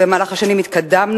במהלך השנים התקדמנו,